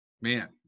Man